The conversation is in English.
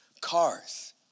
cars